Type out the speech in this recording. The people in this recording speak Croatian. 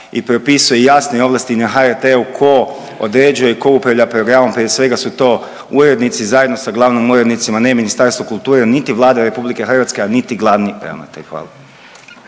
i propisuje jasne ovlasti na HRT-u tko određuje i tko upravlja programom, prije svega su to urednici zajedno sa glavnim urednicima ne Ministarstvo kulture, niti Vlada RH, a niti glavni ravnatelj.